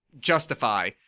justify